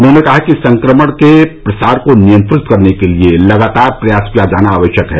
उन्होंने कहा कि संक्रमण के प्रसार को नियंत्रित करने के लिये लगातार प्रयास किया जाना आवश्यक है